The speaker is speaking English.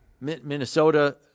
Minnesota